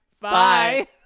Bye